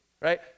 right